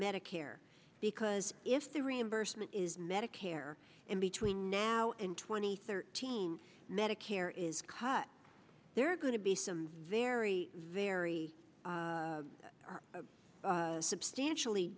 medicare because if the reimbursement is medicare in between now and twenty thirteen medicare is cut they're going to be some very very substantially